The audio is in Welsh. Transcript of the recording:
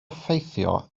effeithio